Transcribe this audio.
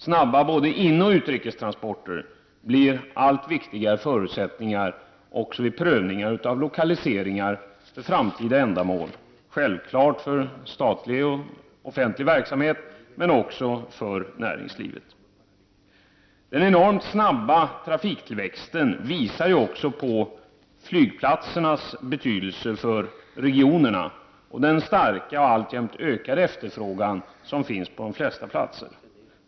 Snabba både inrikes och utrikes transporter blir allt viktigare förutsättningar också vid prövningar av lokaliseringar för framtida ändamål — självfallet för statlig och offentlig verksamhet, men också för näringslivet. Den enormt snabba trafiktillväxten visar också på flygplatsernas betydelse för regionerna och den starka och alltjämt ökande efterfrågan som finns på de flesta platser.